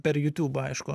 per jutubą aišku